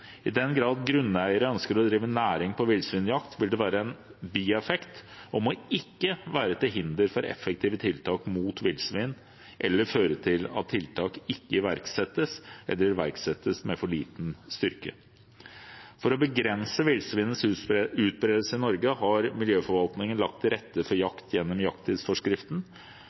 I den grad grunneiere ønsker å drive næring på villsvinjakt, vil det være en bieffekt og må ikke være til hinder for effektive tiltak mot villsvin eller føre til at tiltak ikke iverksettes eller iverksettes med for liten styrke. For å begrense villsvinets utbredelse i Norge har miljøforvaltningen lagt til rette for jakt gjennom jakttidsforskriften.